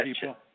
people